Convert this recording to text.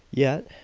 yet,